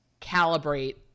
calibrate